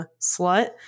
slut